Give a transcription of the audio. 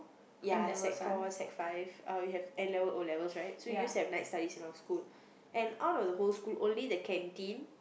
ya sec-four sec-five uh we have N-level O-levels right so we used to have night studies in our school and out of the whole school only the canteen